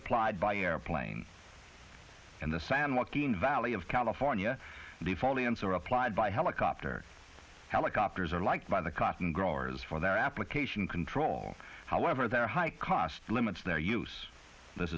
applied by airplanes in the san joaquin valley of california the following answer applied by helicopter helicopters are liked by the cotton growers for their application control however their high cost limits their use this